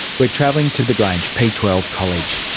we're travelling to the grange p twelve college.